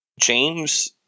James